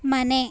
ಮನೆ